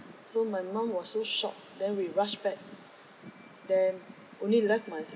so my mum was so shocked then we rush back then only left my